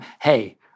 hey